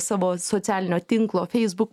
savo socialinio tinklo feisbuk